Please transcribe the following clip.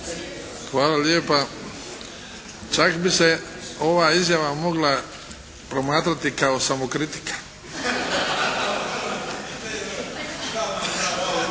Hvala lijepa. Čak bi se ova izjava mogla promatrati kao samokritika.